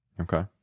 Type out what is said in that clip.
Okay